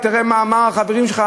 תראה מה אמרו החברים שלך,